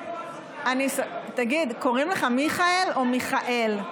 קריאה: תגיד, קוראים לך מיכאל או מיכאל?